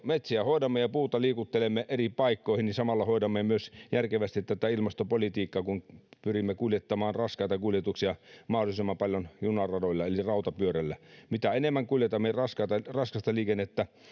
metsiä hoidamme ja puuta liikuttelemme eri paikkoihin niin samalla hoidamme myös järkevästi tätä ilmastopolitiikkaa kun pyrimme kuljettamaan raskaita kuljetuksia mahdollisimman paljon junaradoilla eli rautapyörillä mitä enemmän kuljetamme raskasta liikennettä